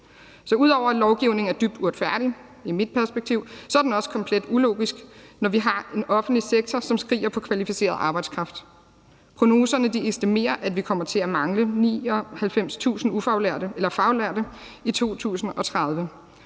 Ud over at lovgivningen er dybt uretfærdig, i mit perspektiv, er den også komplet ulogisk, når vi har en offentlig sektor, som skriger på kvalificeret arbejdskraft. Prognoserne estimerer, at vi kommer til at mangle 99.000 faglærte i 2030.